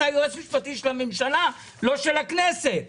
יועץ משפטי של הממשלה ולא של הכנסת.